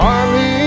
Army